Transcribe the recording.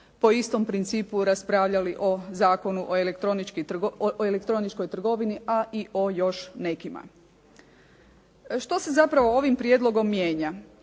po istom principu raspravljali o Zakonu o elektroničkoj trgovini, a i o još nekima. Što se zapravo ovim prijedlogom mijenja?